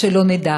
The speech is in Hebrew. שלא נדע.